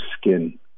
skin